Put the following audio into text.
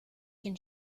can